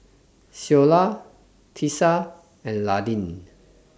Ceola Tisa and Landin